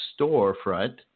storefront